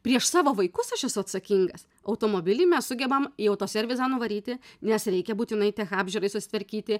prieš savo vaikus aš esu atsakingas automobilį mes sugebam į autoservisą nuvaryti nes reikia būtinai tech apžiūrai susitvarkyti